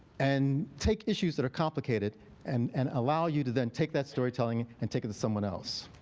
and take issues that are complicated and and allow you to then take that storytelling and take it to someone else.